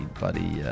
buddy